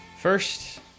First